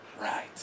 Right